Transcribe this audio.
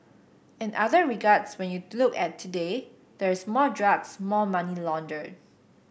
in other regards when you look at today there's more drugs more money laundered